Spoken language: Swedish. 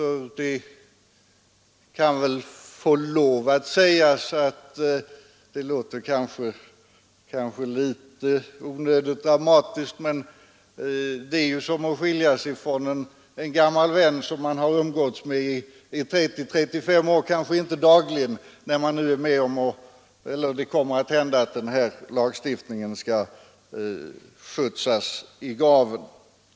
Det låter kanske litet onödigt patetiskt, men det är som att skiljas från en gammal vän som man har umgåtts med i 30—35 år — om än inte dagligen — när denna lagstiftning nu skall skjutsas i graven.